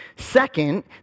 Second